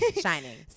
shining